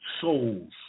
souls